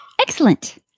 Excellent